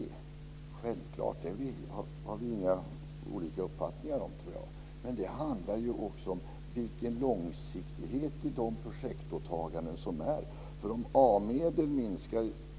Det är en självklarhet och där har vi nog inte olika uppfattningar. Men det handlar också om långsiktigheten i de projektåtaganden som finns.